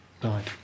died